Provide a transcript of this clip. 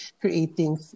creating